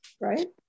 Right